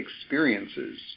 experiences